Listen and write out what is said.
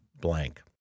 blank